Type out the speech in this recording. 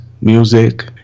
music